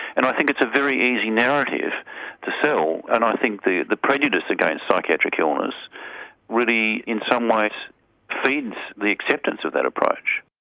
and i think it's a very easy narrative to sell, so and i think the the prejudice against psychiatric illness really in some ways feeds the acceptance of that approach.